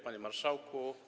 Panie Marszałku!